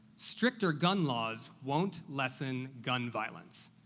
stricter gun laws won't lessen gun violence.